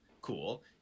cool